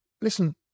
Listen